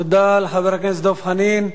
תודה לחבר הכנסת דב חנין.